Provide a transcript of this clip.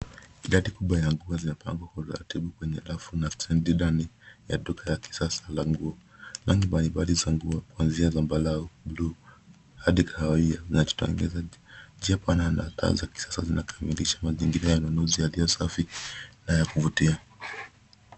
Idadi kubwa ya nguo zimepangwa kwa utaratibu kwenye rafu na stendi ndani ya duka ya kisasa la nguo. Rangi mbalimbali za nguo kuanzia zambarau, buluu hadi kahawia. Njia pana na taa za kisasa zinakamilisha mazingira ya ununuzi yaliyo safi na ya kuvutia.